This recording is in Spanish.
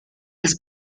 las